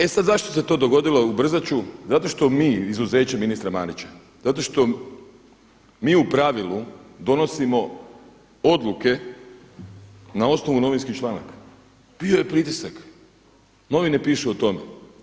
E sada zašto se to dogodilo, ubrzati ću, zato što mi izuzećem ministra Marića, zato što mi u pravilu donosimo odluke na osnovu novinskih članaka, bio je pritisak, novine pišu o tome.